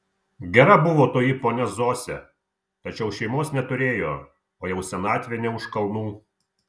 gera buvo toji ponia zosė tačiau šeimos neturėjo o jau senatvė ne už kalnų